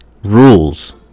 rules